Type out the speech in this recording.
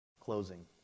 closing